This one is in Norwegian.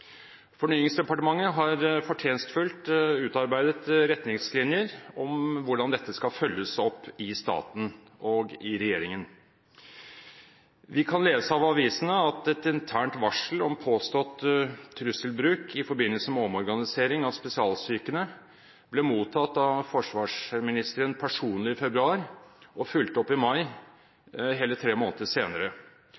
Fornyingsdepartementet har fortjenestefullt utarbeidet retningslinjer for hvordan dette skal følges opp i staten og i regjeringen. Vi kan lese i avisene at et internt varsel om påstått trusselbruk i forbindelse med omorganisering av spesialstyrkene ble mottatt av forsvarsministeren personlig i februar og fulgt opp i mai